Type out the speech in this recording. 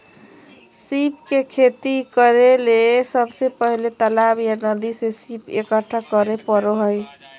सीप के खेती करेले सबसे पहले तालाब या नदी से सीप इकठ्ठा करै परो हइ